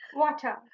water